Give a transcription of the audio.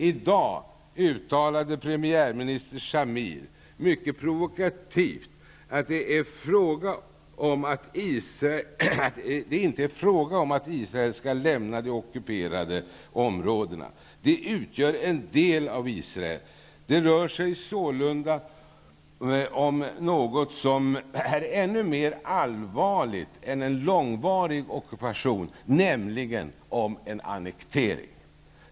I dag uttalade premiärminister Shamir mycket provokativt att det inte är fråga om att Israel skall lämna de ockuperade områdena. De utgör en del av Israel. Detta rör sig sålunda om något som är ännu mer allvarligt än en långvarig ockupation, nämligen en annektering.